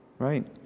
right